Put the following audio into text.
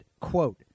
quote